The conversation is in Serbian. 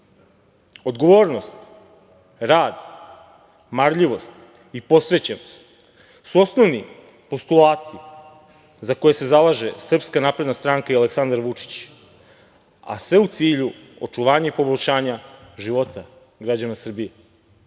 života. Odgovornost, rad, marljivost i posvećenost su osnovni postulati za koje se zalaže SNS i Aleksandar Vučić, a sve u cilju očuvanja i poboljšanja života građana Srbije.Za